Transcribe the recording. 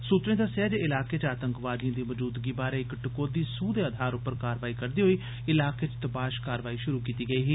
सूत्रें दस्सेया ऐ जे इलाके च आतंकवादिएं दी मजूदगी बारै इक टकोह्दी सूह दे अघार पर कारवाई करदे होई इलाके च तपाश कारवाई शुरू कीती गेई ही